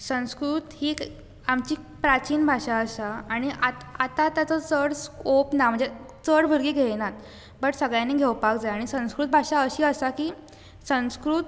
संस्कृत हि आमची प्राचीन भाशा आसा आनी आता ताचो चड स्कोप ना म्हणजे चड भुरगी घेयनात बट सगळ्यांनी घेवपाक जाय संस्कृत भाशा अशी आसा की संस्कृत